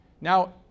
Now